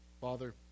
Father